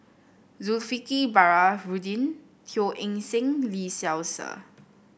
Baharudin Teo Eng Seng Lee Seow Ser